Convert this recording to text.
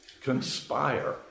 conspire